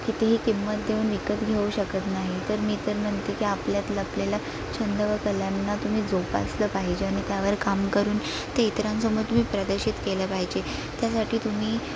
कितीही किंमत देऊन विकत घेऊ शकत नाही तर मी तर म्हणते की आपल्यात लपलेला छंद व कलांना तुम्ही जोपासलं पाहिजे आणि त्यावर काम करून ते इतरांसमोर तुम्ही प्रदर्शित केलं पाहिजे त्यासाठी तुम्ही